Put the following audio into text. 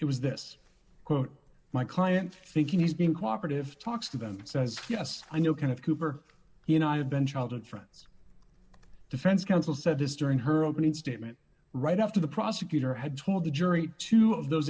it was this quote my client thinking he's being cooperative talks to them says yes i know kind of cooper you know i have been childhood friends defense counsel said this during her opening statement right after the prosecutor had told the jury two of those